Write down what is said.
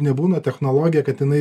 nebūna technologija kad inai